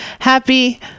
Happy